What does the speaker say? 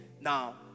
Now